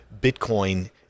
Bitcoin